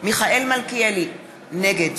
מיכאל מלכיאלי, נגד